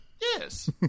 Yes